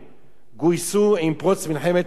גויסו עם פרוץ מלחמת העולם,